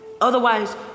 Otherwise